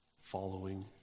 following